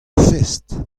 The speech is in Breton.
fest